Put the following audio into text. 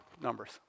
numbers